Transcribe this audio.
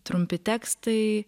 trumpi tekstai